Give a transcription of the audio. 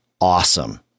awesome